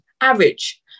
average